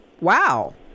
wow